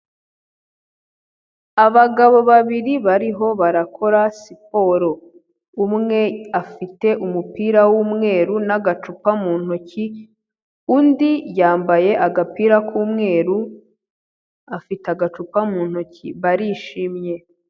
Abagabo babiri bariho barakora siporo. Umwe afite umupira w'umweru n'agacupa mu ntoki, undi yambaye agapira k'umweru, afite agacupa mu ntoke. Barishimye.